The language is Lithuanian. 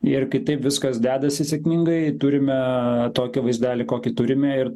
ir kai taip viskas dedasi sėkmingai turime tokį vaizdelį kokį turime ir